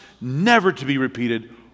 never-to-be-repeated